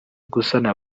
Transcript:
gusana